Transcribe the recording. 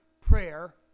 prayer